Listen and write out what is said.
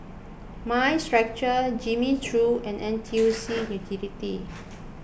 Mind Stretcher Jimmy Choo and N T U C Utility